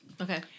Okay